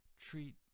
treat